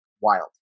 Wild